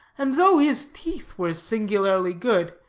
and though his teeth were singularly good,